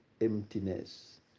emptiness